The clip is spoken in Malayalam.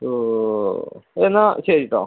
ഓ എന്നാ ശരി കേട്ടോ